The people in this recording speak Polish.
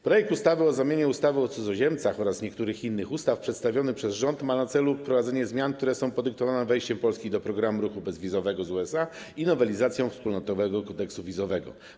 Projekt ustawy o zmianie ustawy o cudzoziemcach oraz niektórych innych ustaw przedstawiony przez rząd ma na celu wprowadzenie zmian, które są podyktowane wejściem Polski do programu ruchu bezwizowego z USA i nowelizacją Wspólnotowego Kodeksu Wizowego.